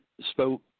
spoke